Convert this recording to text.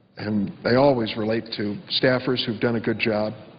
and they always relate to staffers who have done a good job,